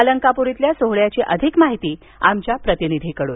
अलंकापुरीतल्या काल सोहळ्याची अधिक माहिती आमच्या प्रतिनिधीकडून